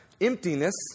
emptiness